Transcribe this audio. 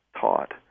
taught